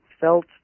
felt